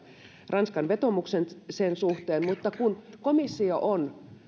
ranskan vetoomuksen sen suhteen mutta kun komissio on